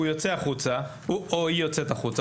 הוא יוצא החוצה או היא יוצאת החוצה.